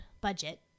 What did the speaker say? budget